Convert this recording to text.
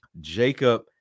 Jacob